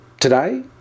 today